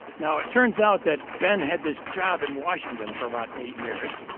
now it turns out that ben had this job in washington for about eight years.